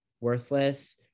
worthless